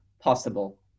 possible